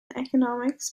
economics